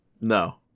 No